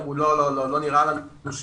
אמרו, לא, לא, לא נראה לנו שצריך.